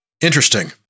Interesting